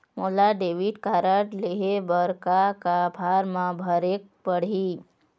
मोला debit card लेहे बर का का फार्म भरेक पड़ही?